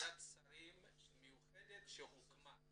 ועדת שרים מיוחדת שהוקמה